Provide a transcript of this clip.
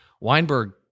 Weinberg